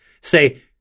Say